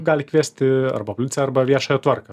gali kviesti arba policiją arba viešąją tvarką